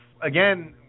again